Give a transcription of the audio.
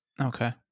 Okay